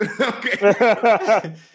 okay